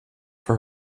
for